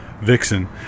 vixen